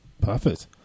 Perfect